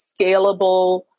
scalable